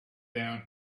down